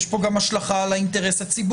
יש פה גם השלכה על האינטרס הציבורי,